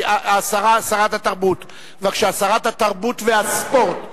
שרת התרבות והספורט.